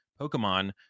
Pokemon